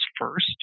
first